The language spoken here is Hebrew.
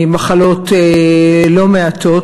ממחלות לא מעטות.